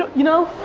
you know?